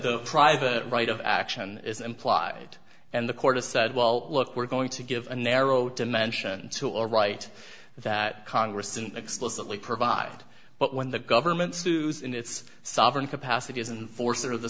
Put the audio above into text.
the private right of action is implied and the court has said well look we're going to give a narrow dimension to a right that congress didn't explicitly provide but when the government suits in its sovereign capacity isn't force or the